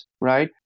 right